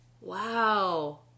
Wow